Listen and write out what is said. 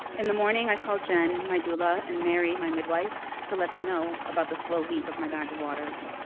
in the morning i called jen, my doula, and mary, my midwife, to let them know about the slow leak of my bag of waters.